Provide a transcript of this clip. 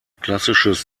klassisches